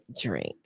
drink